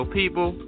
people